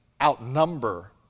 outnumber